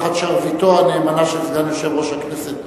תחת שרביטו הנאמן של סגן יושב-ראש הכנסת